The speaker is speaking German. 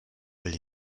will